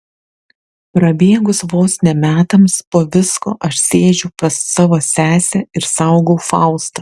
prabėgus vos ne metams po visko aš sėdžiu pas savo sesę ir saugau faustą